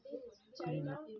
ஆமாம்